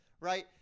right